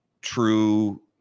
true